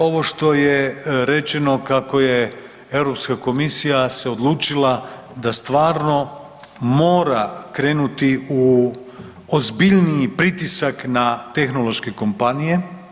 Ovo što je rečeno kako se Europska komisija odlučila da stvarno mora krenuti u ozbiljniji pritisak na tehnološke kompanije.